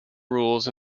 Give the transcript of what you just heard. rules